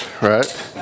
right